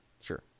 Sure